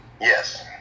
Yes